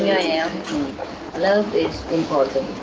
yeah yeah love is important.